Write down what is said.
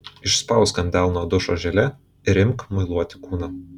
išspausk ant delno dušo želė ir imk muiluoti kūną